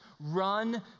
Run